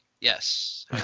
yes